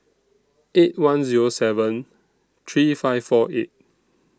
eight one Zero seven three five four eight